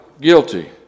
guilty